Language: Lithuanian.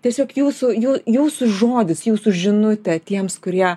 tiesiog jūsų jų jūsų žodis jūsų žinutė tiems kurie